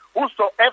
whosoever